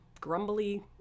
grumbly